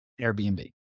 Airbnb